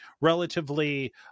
relatively